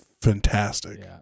fantastic